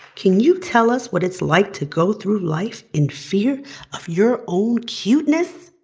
can you tell us what it's like to go through life in fear of your own cuteness?